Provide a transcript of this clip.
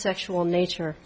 sexual nature